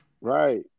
right